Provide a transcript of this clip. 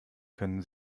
können